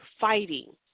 fighting